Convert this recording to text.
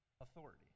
authority